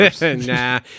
Nah